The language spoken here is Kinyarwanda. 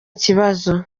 kibazo